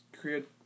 create